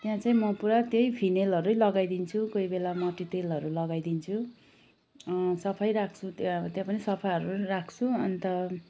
त्यहाँ चाहिँ म पुरा त्यही फिनेलहरू लगाइदिन्छु कोही बेला मट्टीतेलहरू लगाइदिन्छु सफै राख्छु त्यहाँ त्यहाँ पनि सफहरू नै राख्छु अन्त